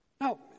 Now